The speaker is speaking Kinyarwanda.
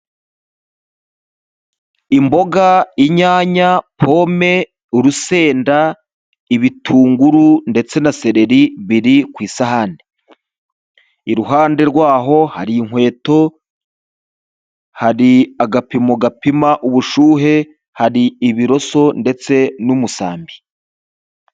Imboga, inyanya, pome, urusenda, ibitunguru ndetse na sereri biri ku isahane, iruhande rwaho hari inkweto, hari agapimo gapima ubushyuhe, hari ibiroso ndetse n'umusambi.